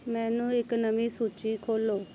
ਮੈਨੂੰ ਇੱਕ ਨਵੀਂ ਸੂਚੀ ਖੋਲ੍ਹੋ